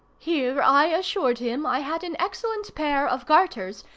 here i assured him i had an excellent pair of garters,